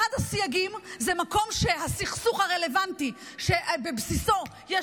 אחד הסייגים זה מקום שהסכסוך הרלוונטי שבבסיסו יש